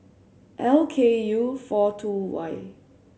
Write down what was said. L K U four two Y